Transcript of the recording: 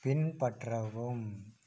பின்பற்றவும்